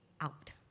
out